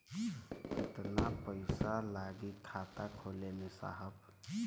कितना पइसा लागि खाता खोले में साहब?